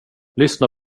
lyssna